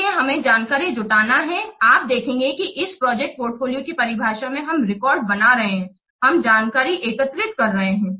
इसलिए हमें जानकारी जुटाना है आप देखेंगे कि इस प्रोजेक्ट पोर्टफोलियो की परिभाषा में हम रिकॉर्ड बना रहे हैं हम जानकारी एकत्र कर रहे हैं